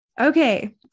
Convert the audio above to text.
Okay